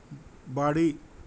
বাড়ি